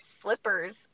slippers